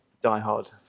Die-hard